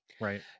right